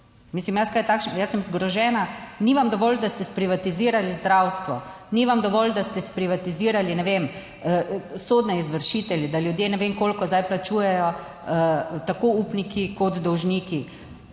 takšnega, jaz sem zgrožena. Ni vam dovolj, da ste sprivatizirali zdravstvo, ni vam dovolj, da ste sprivatizirali, ne vem, sodne izvršitelje, da ljudje ne vem koliko zdaj plačujejo, tako upniki kot dolžniki.